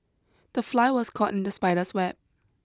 the fly was caught in the spider's web